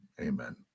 Amen